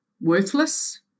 worthless